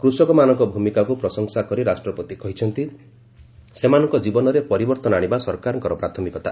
କୃଷକମାନଙ୍କ ଭୂମିକାକୁ ପ୍ରଶଂସା କରି ରାଷ୍ଟ୍ରପତି କହିଛନ୍ତି ସେମାନଙ୍କ ଜୀବନରେ ପରିବର୍ଭନ ଆଣିବା ସରକାରଙ୍କର ପ୍ରାଥମିକତା